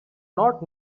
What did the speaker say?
not